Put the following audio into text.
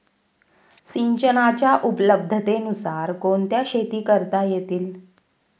सिंचनाच्या उपलब्धतेनुसार कोणत्या शेती करता येतील?